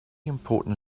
important